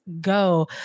go